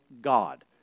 God